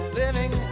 living